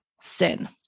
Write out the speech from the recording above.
sin